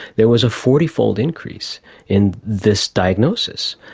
there was a forty fold increase in this diagnosis,